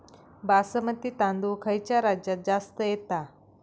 बासमती तांदूळ खयच्या राज्यात जास्त येता?